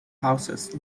houses